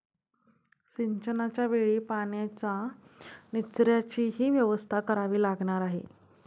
सिंचनाच्या वेळी पाण्याच्या निचर्याचीही व्यवस्था करावी लागणार आहे